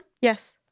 Yes